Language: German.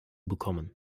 bekommen